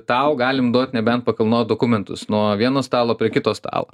tau galim duot nebent pakilnot dokumentus nuo vieno stalo prie kito stalo